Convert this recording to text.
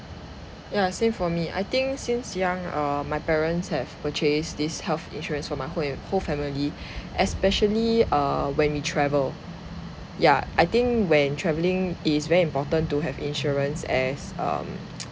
ya same for me I think since young err my parents have purchased this health insurance for my whole family especially err when we travel ya I think when travelling it is very important to have insurance as um